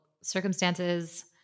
circumstances